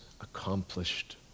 accomplished